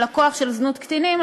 על לקוח של זנות קטינים,